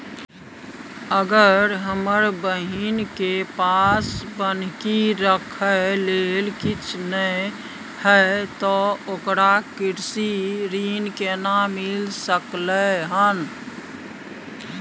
अगर हमर बहिन के पास बन्हकी रखय लेल कुछ नय हय त ओकरा कृषि ऋण केना मिल सकलय हन?